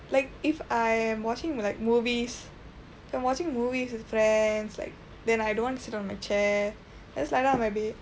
like if I'm watching like movies if I'm watching movies with friends like then I don't want to sit on my chair I just lie down on my bed